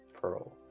pearl